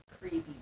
creepy